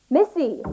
Missy